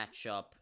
matchup